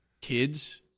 kids